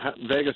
Vegas